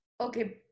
Okay